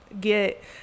Get